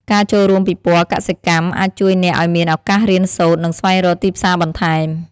ការចូលរួមពិព័រណ៍កសិកម្មអាចជួយអ្នកឲ្យមានឱកាសរៀនសូត្រនិងស្វែងរកទីផ្សារបន្ថែម។